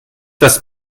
das